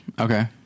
Okay